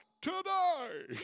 today